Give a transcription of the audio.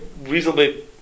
reasonably